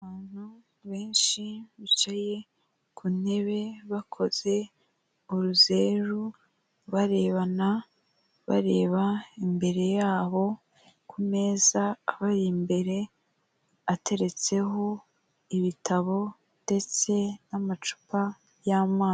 Abantu benshi bicaye ku ntebe bakoze ururuzeru barebana, bareba imbere yabo ku meza abari imbere ateretseho ibitabo ndetse n'amacupa y'amazi.